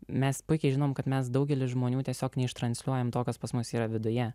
mes puikiai žinom kad mes daugelis žmonių tiesiog neištransliuojam to kas pas mus yra viduje